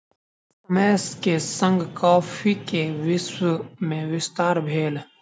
समय के संग कॉफ़ी के विश्व में विस्तार भेल